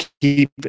keep